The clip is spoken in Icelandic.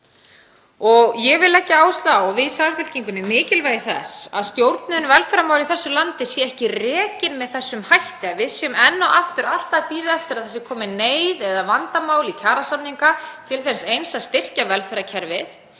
Ég vil leggja áherslu á og við í Samfylkingunni mikilvægi þess að stjórnun velferðarmála í þessu landi sé ekki rekin með þessum hætti, að við séum enn og aftur að bíða eftir að neyð komi upp eða vandamál í kjarasamningum til þess eins að styrkja velferðarkerfið.